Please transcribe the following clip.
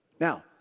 Now